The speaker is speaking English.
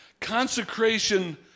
Consecration